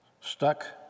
stuck